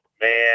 Man